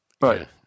right